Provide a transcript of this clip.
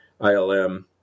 ilm